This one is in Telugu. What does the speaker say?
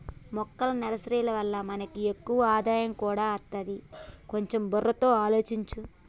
మొక్కల నర్సరీ వల్ల మనకి ఎక్కువ ఆదాయం కూడా అస్తది, కొంచెం బుర్రలో ఆలోచించు